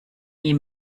nie